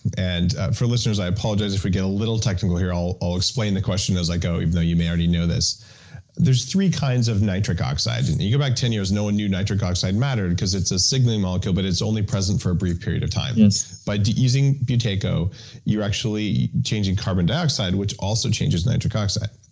and for listeners i apologize if we get a little technical here, i'll i'll explain the question as i go, even though you may already know this there's three kinds of nitric oxide. you go back ten years no one knew nitric oxide mattered because it's a signaling molecule, but it's only present for a brief period of time yes by using buteyko you're actually changing carbon dioxide, which also changes nitric oxide.